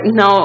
no